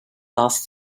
last